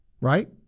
right